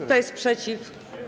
Kto jest przeciw?